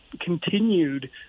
continued